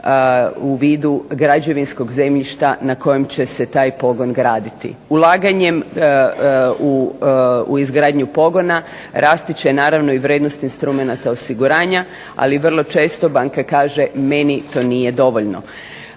u vidu građevinskog zemljišta na kojem će se taj pogon graditi. Ulaganjem u izgradnju pogona rasti će naravno i vrijednost instrumenata osiguranja, ali vrlo često banka kaže meni to nije dovoljno.